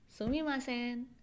Sumimasen